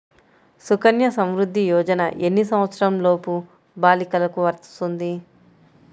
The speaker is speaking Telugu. సుకన్య సంవృధ్ది యోజన ఎన్ని సంవత్సరంలోపు బాలికలకు వస్తుంది?